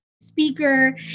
speaker